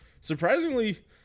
surprisingly